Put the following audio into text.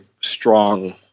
strong